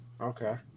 Okay